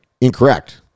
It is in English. incorrect